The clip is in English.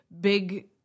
big